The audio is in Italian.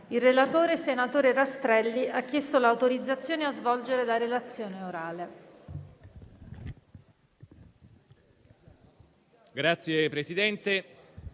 Il relatore, senatore Rastrelli, ha chiesto l'autorizzazione a svolgere la relazione orale.